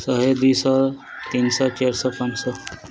ଶହେ ଦୁଇଶହ ତିନିଶହ ଚାରିଶହ ପାଞ୍ଚଶହ